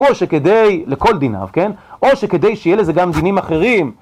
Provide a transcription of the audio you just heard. או שכדי, לכל דיניו, כן? או שכדי שיהיה לזה גם דינים אחרים.